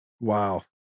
Wow